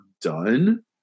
done